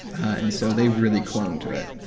and so they really clung to it,